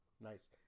Nice